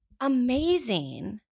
amazing